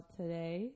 today